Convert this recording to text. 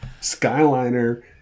Skyliner